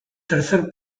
tercer